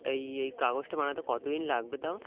এই এই কাগজটা বানাতে কত দিন লাগবে তাও